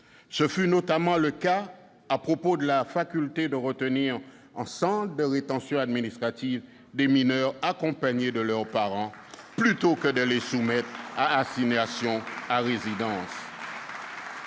Ce fut notamment le cas à propos de la faculté de retenir en centre de rétention administrative des mineurs accompagnés de leurs parents, plutôt que de les soumettre à assignation à résidence.